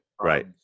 right